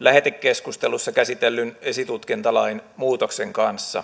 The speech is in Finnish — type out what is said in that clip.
lähetekeskustelussa käsitellyn esitutkintalain muutoksen kanssa